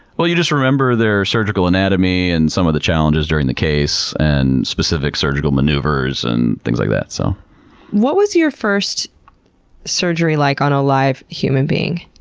well, you just remember their surgical anatomy and some of the challenges during the case and specific surgical maneuvers and things like that. so what was your first surgery like on a live human being?